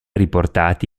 riportati